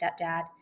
stepdad